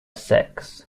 sex